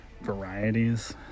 varieties